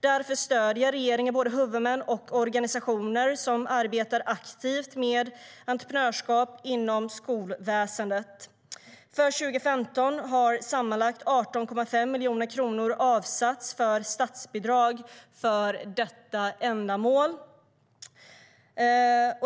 Därför stöder regeringen både huvudmän och organisationer som arbetar aktivt med entreprenörskap inom skolväsendet. För 2015 har sammanlagt 18,5 miljoner kronor avsatts för statsbidrag för detta ändamål.